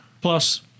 plus